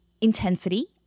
intensity